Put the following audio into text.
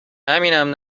همینم